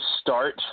start